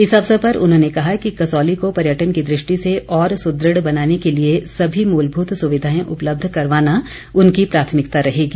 इस अवसर पर उन्होंने कहा कि कसौली को पर्यटन की दृष्टि से और सुदृढ़ बनाने के लिए सभी मूलभूत सुविधाएं उपलब्ध करवाना उनकी प्राथमिकता रहेगी